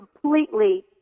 completely